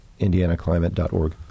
IndianaClimate.org